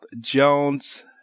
jones